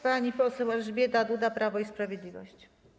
Pani poseł Elżbieta Duda, Prawo i Sprawiedliwość.